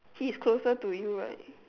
he's closer to you right